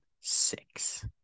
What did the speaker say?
six